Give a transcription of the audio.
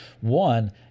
one